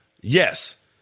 Yes